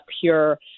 pure